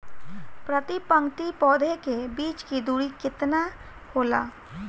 प्रति पंक्ति पौधे के बीच की दूरी केतना होला?